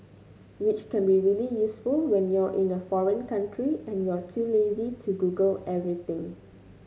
which can be really useful when you're in a foreign country and you're too lazy to Google everything